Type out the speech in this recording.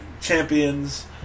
champions